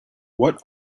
what